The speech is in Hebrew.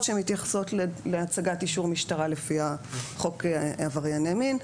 שמתייחסות להצגת אישור משטרה לפי חוק עברייני מין.